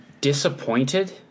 disappointed